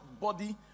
body